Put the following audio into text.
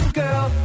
girl